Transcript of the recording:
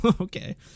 Okay